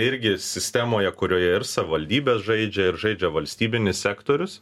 irgi sistemoje kurioje ir savivaldybės žaidžia ir žaidžia valstybinis sektorius